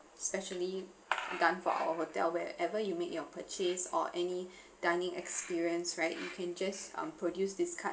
specially done for our hotel wherever you make your purchase or any dining experience right you can just um produce this card